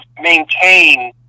maintain